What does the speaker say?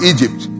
Egypt